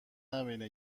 نبینه